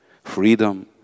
freedom